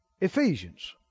Ephesians